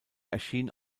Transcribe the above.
erschien